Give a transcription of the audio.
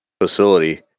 facility